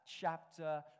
chapter